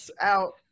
out